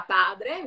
padre